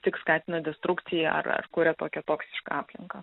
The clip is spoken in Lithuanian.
tik skatina destrukciją ar ar kuria tokią toksišką aplinką